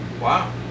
Wow